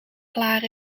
klaar